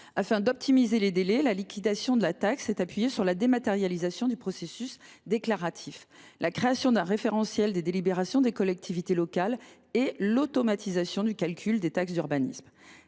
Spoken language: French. Afin d’optimiser les délais, la liquidation de la taxe s’appuie sur la dématérialisation du processus déclaratif, la création d’un référentiel des délibérations des collectivités locales et l’automatisation du calcul des taxes d’urbanisme.